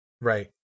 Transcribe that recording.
Right